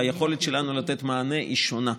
והיכולת שלנו לתת מענה היא שונה.